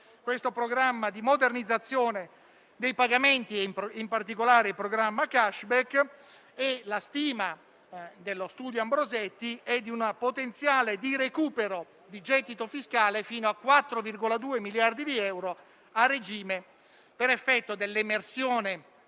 questo programma di modernizzazione dei pagamenti, in particolare il programma *cashback*, e la stima dello studio Ambrosetti è di un potenziale di recupero del gettito fiscale fino a 4,2 miliardi di euro, a regime, per effetto dell'emersione